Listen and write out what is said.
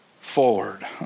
forward